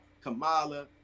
Kamala